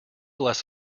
bless